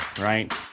right